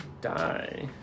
die